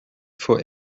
for